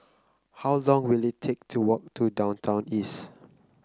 how long will it take to walk to Downtown East